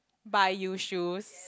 buy you shoes